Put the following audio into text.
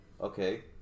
okay